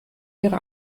ihre